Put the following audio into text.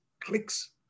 clicks